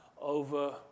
over